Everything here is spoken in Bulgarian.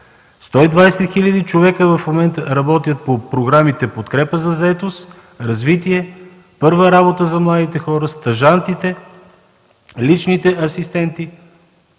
120 хиляди човека работят по програмите „Подкрепа за заетост”, „Развитие”, „Първа работа за младите хора”, стажантите, личните асистенти.